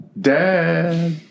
dad